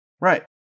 Right